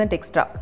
Extra